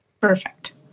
Perfect